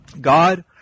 God